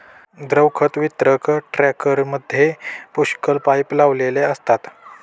द्रव खत वितरक टँकरमध्ये पुष्कळ पाइप लावलेले असतात